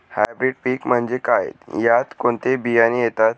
Hybrid पीक म्हणजे काय? यात कोणते बियाणे येतात?